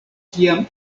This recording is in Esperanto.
kiam